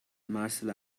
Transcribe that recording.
martial